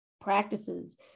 practices